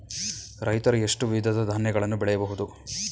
ರೈತರು ಎಷ್ಟು ವಿಧದ ಧಾನ್ಯಗಳನ್ನು ಬೆಳೆಯಬಹುದು?